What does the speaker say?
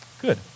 Good